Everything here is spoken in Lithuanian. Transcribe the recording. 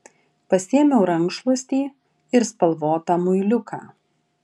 pasiėmiau rankšluostį ir spalvotą muiliuką